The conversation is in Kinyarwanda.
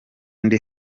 ndi